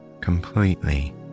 completely